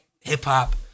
hip-hop